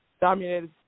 dominated